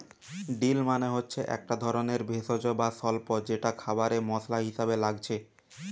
deal মানে হচ্ছে একটা ধরণের ভেষজ বা স্বল্প যেটা খাবারে মসলা হিসাবে লাগছে